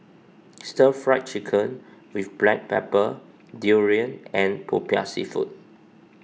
Stir Fried Chicken with Black Pepper Durian and Popiah Seafood